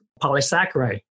polysaccharide